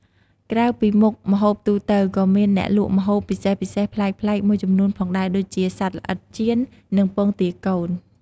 ក្រៅពីមុខម្ហូបទូទៅ ក៏មានអ្នកលក់ម្ហូបពិសេសៗប្លែកៗមួយចំនួនផងដែរ ដូចជាសត្វល្អិតចៀន និងពងទាកូន។